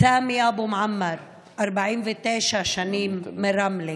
סמי אבו מועמר, 49 שנים, רמלה,